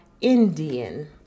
Indian